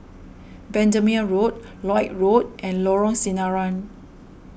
Bendemeer Road Lloyd Road and Lorong Sinaran